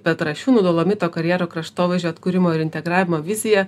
petrašiūnų dolomito karjero kraštovaizdžio atkūrimo ir integravimo vizija